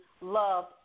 love